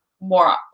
more